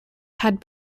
had